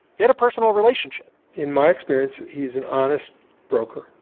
he had a personal relationship in my experience, he is an honest broker.